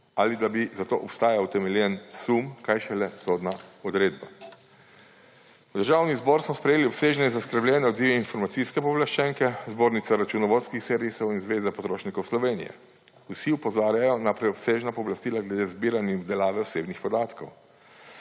ali da bi za to obstajal utemeljen sum, kaj šele sodna odredba. V Državni zbor smo sprejeli obsežne in zaskrbljene odzive informacijske pooblaščenke, Zbornice računovodskih servisov in Zveze potrošnikov Slovenije. Vsi opozarjajo na preobsežna pooblastila glede zbiranja in obdelave osebnih podatkov.